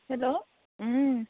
hello